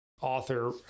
author